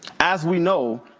as we know,